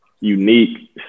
unique